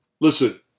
Listen